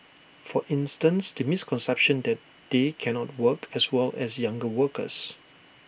for instance the misconception that they cannot work as well as younger workers